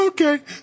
Okay